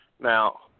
Now